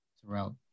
throughout